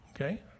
Okay